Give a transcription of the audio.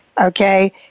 Okay